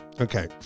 Okay